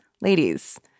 Ladies